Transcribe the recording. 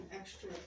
extra